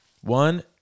One